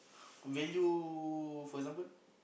value for example